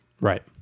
Right